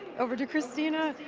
over to christina.